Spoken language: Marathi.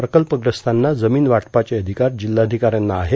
प्रकल्पग्रस्तांना जमीन वाटपाचे अधिकार जिल्हाधिकाऱ्यांना आहे